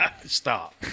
Stop